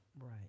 Right